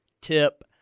tip